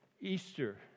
Easter